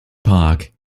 park